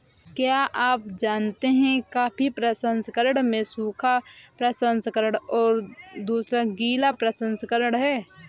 क्या आप जानते है कॉफ़ी प्रसंस्करण में सूखा प्रसंस्करण और दूसरा गीला प्रसंस्करण है?